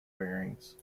bearings